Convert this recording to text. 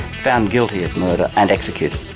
found guilty of murder and executed.